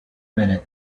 minute